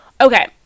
okay